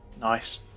Nice